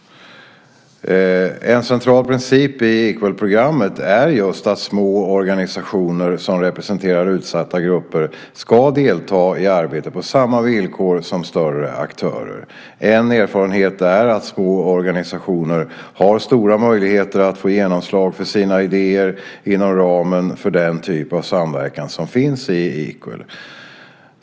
En central princip i Equalprogrammet är just att små organisationer som representerar utsatta grupper ska delta i arbetet på samma villkor som större aktörer. En erfarenhet är att små organisationer har stora möjligheter att få genomslag för sina idéer inom ramen för den typ av samverkan som finns i Equal.